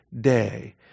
day